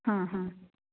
हा हा